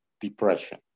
depression